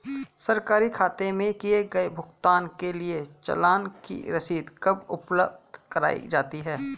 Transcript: सरकारी खाते में किए गए भुगतान के लिए चालान की रसीद कब उपलब्ध कराईं जाती हैं?